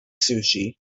sushi